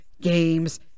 games